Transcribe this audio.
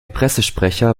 pressesprecher